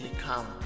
come